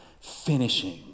finishing